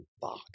Fuck